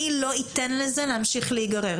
אני לא אתן לזה להמשיך להיגרר,